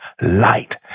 light